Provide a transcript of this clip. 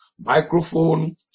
microphone